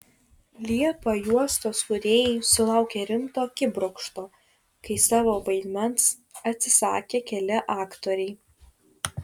liepą juostos kūrėjai sulaukė rimto akibrokšto kai savo vaidmens atsisakė keli aktoriai